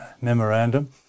memorandum